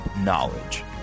knowledge